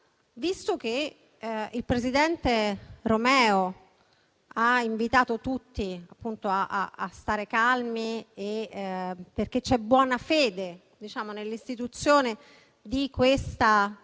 Visto che il presidente Romeo ha invitato tutti, appunto, a stare calmi, perché c'è buona fede nell'istituzione di questa